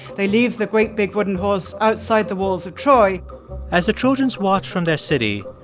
they leave the great, big wooden horse outside the walls of troy as the trojans watch from their city,